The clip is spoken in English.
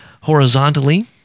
horizontally